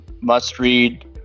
must-read